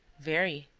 very.